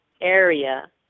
area